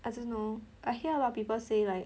I don't know I hear a lot of people say like